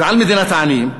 ועל מדינת העניים,